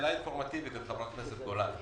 שאלה אינפורמטיבית את חברת הכנסת גולן.